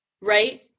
right